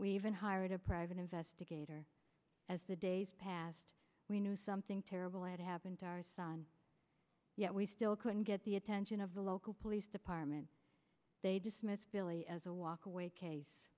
we even hired a private investigator as the days passed we knew something terrible had happened to our son yet we still couldn't get the attention of the local police department they dismissed billy as a walk away case